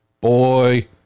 boy